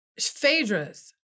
Phaedra's